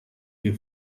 che